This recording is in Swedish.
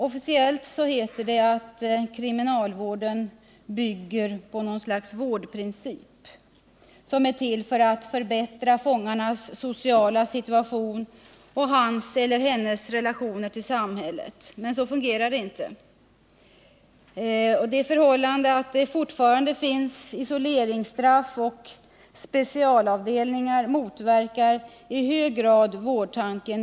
Officiellt heter det att kriminalvården bygger på något slags vårdprincip, som är till för att förbättra fångarnas sociala situation och deras relationer till samhället. Men så fungerar det inte. Det förhållandet att det fortfarande finns isoleringsstraff och specialavdelningar inom fångvården motverkar i hög grad vårdtanken.